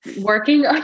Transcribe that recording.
working